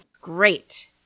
Great